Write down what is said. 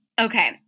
okay